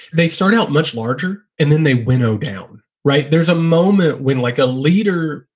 they start out much larger and then they winnow down. right. there's a moment when, like a leader,